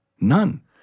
None